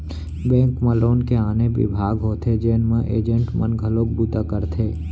bank म loan के आने बिभाग होथे जेन म एजेंट मन घलोक बूता करथे